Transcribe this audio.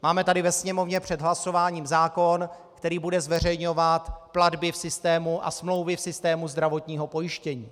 Máme tady ve Sněmovně před hlasováním zákon, který bude zveřejňovat platby v systému a smlouvy v systému zdravotního pojištění.